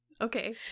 Okay